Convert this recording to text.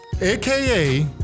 AKA